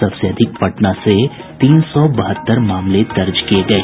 सबसे अधिक पटना से तीन सौ बहत्तर मामले दर्ज किये गये